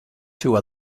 two